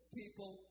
people